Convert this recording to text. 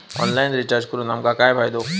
Online recharge करून आमका काय फायदो?